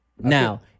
Now